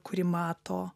kurį mato